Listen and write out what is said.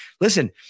listen